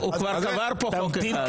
כבר קבר פה חוק אחד.